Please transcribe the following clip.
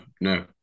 no